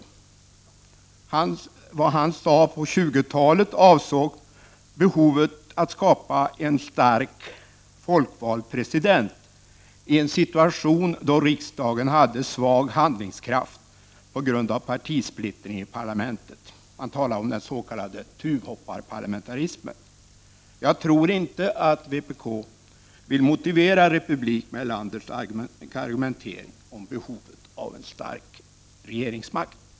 Vad han sade på 1920-talet avsåg behovet av att skapa en stark, folkvald president i en situation då riksdagen på grund av partisplittring i parlamentet hade svag handlingskraft. Man talade om den s.k. tuvhopparparlamentarismen. Jag tror inte att vpk vill motivera kravet på republik med Erlanders argumentering om behovet av en stark regeringsmakt.